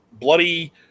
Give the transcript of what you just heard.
Bloody